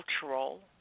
cultural